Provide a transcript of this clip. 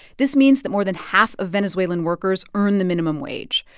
this means that more than half of venezuelan workers earn the minimum wage.